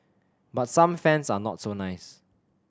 but some fans are not so nice